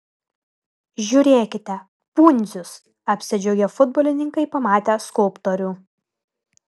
žiūrėkite pundzius apsidžiaugė futbolininkai pamatę skulptorių